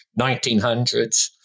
1900s